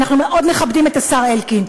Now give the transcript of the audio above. ואנחנו מאוד מכבדים את השר אלקין,